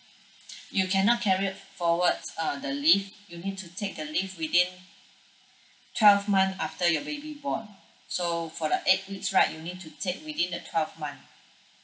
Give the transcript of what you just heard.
you cannot carry forward uh the leave you need to take the leave within twelve month after your baby born so for the eight weeks right you need to take within the twelve months